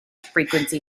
frequency